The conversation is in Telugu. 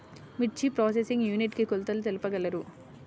మిర్చి ప్రోసెసింగ్ యూనిట్ కి కొలతలు తెలుపగలరు?